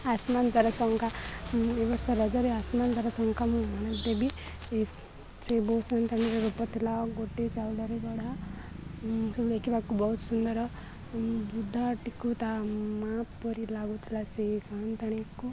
ଆସମାନ ଦର ଶଖା ଏବ ବର୍ଷ ରଜରେ ଆସମାନ ଦର ସଂଖା ମୁଁ ମଣ ଦେେବି ସେ ବୋତ ସତାଣିରେ ରୋପ ଥିଲା ଗୋଟେ ଚାଉଦାରେ ଗଢ଼ା ଦେେଖିବାକୁ ବହୁତ ସୁନ୍ଦର ବୃଦ୍ଧଟିକୁ ତା ମା ପରି ଲାଗୁଥିଲା ସେଇ ସତାଣିକୁ